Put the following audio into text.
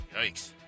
Yikes